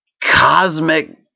cosmic